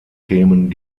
themen